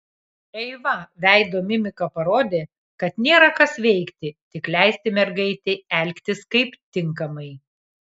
eiva veido mimika parodė kad nėra kas veikti tik leisti mergaitei elgtis kaip tinkamai